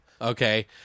Okay